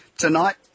Tonight